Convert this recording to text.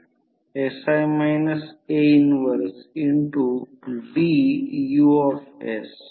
तर d ∅ dt हे चिन्ह लेंझ लॉमुळेlenzs law येते